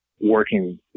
working